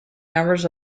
members